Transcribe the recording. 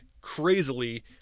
crazily